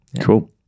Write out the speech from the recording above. cool